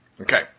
Okay